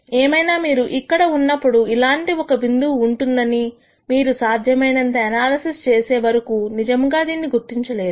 ఏమైనా మీరు ఇక్కడ ఉన్నప్పుడు ఇలాంటి ఒక బిందువు ఉంటుందని మీరు సాధ్యమైనంత అనాలసిస్ చేసేవరకూ నిజముగా దీన్ని గుర్తించలేరు